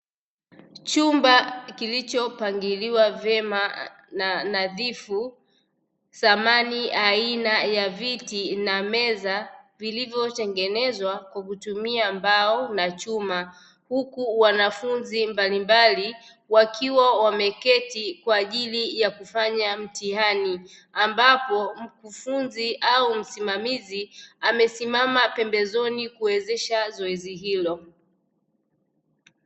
Chumba kilichopangiliwa vyema na nadhifu, samani aina ya viti na meza vilivyotengenezwa kwa kutumia mbao na chuma, huku wanafunzi mbalimbali wakiwa wameketi kwa ajili ya kufanya mtihani; ambapo mkufunzi au msimamizi amesimama pembezoni kuwezesha zoezi hilo.